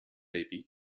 baby